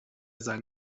seinen